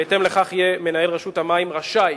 בהתאם לכך, יהיה מנהל רשות המים רשאי